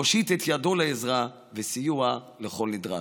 ומושיט את ידו לעזרה וסיוע לכל נדרש.